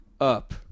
Up